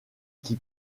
qui